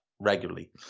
regularly